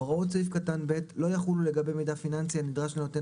(ג) הוראות סעיף קטן (ב) לא יחולו לגבי מידע פיננסי הנדרש לנותן